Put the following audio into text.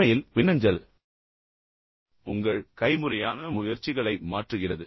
உண்மையில் மின்னஞ்சல் உங்கள் கைமுறையான முயற்சிகளை மாற்றுகிறது